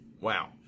Wow